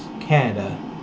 Canada